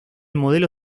modelo